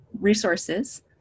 resources